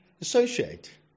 associate